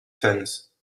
tennis